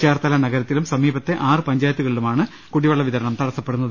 ചേർത്തല നഗരത്തിലും സമീ പത്തെ ആറു പഞ്ചായത്തുകളിലുമാണ് കുടിവെള്ള വിതരണം തടസ്സപ്പെടുന്നത്